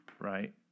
right